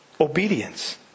obedience